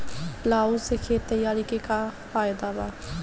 Plough से खेत तैयारी के का फायदा बा?